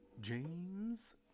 James